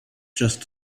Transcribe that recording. just